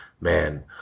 man